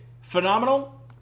Phenomenal